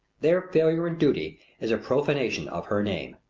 their failure in duty is a profanation of her name.